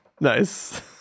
nice